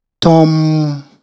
Tom